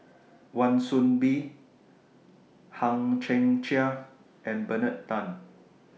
Wan Soon Bee Hang Chang Chieh and Bernard Tan